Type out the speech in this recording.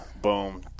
Boom